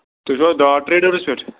تُہۍ چھُو حظ ڈاٹ ٹریڈٲرٕس پٮ۪ٹھ